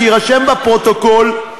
שיירשם בפרוטוקול,